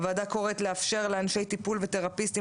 הוועדה קוראת לאפשר לאנשי טיפול ותרפיסטים